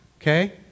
okay